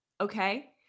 Okay